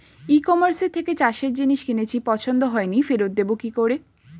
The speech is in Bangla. ই কমার্সের থেকে চাষের জিনিস কিনেছি পছন্দ হয়নি ফেরত দেব কী করে?